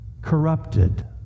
corrupted